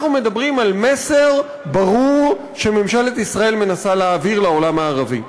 אנחנו מדברים על מסר ברור שממשלת ישראל מנסה להעביר לעולם הערבי,